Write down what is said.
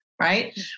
right